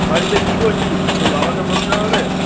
বাড়িতে কী করছিস তোর বাবাকে বলতে হবে